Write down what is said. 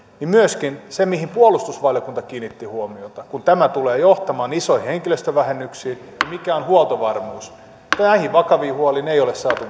myöskin siitä mihin puolustusvaliokunta kiinnitti huomioita että tämä tulee johtamaan isoihin henkilöstövähennyksiin mikä on huoltovarmuus näihin vakaviin huoliin ei ole saatu